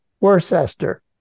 Worcester